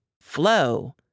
flow